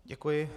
Děkuji.